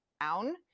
down